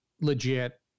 legit